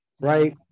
right